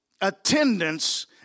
attendance